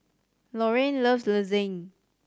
Lorraine loves Lasagne